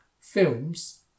Films